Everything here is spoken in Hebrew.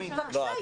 בבקשה,